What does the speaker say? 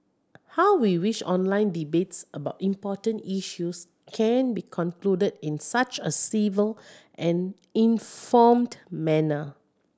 how we wish online debates about important issues can be concluded in such a civil and informed manner